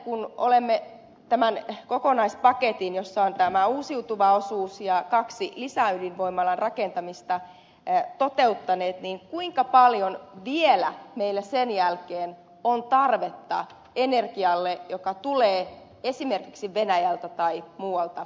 kun olemme tämän kokonaispaketin jossa on tämä uusiutuvan osuus ja kahden lisäydinvoimalan rakentamista toteuttaneet niin kuinka paljon vielä meillä sen jälkeen on tarvetta energialle joka tulee esimerkiksi venäjältä tai muista maista